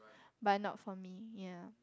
but not for me ya